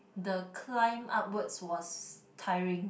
the climb upwards was tiring